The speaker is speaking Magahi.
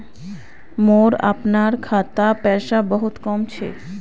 मोर अपनार खातात पैसा बहुत कम छ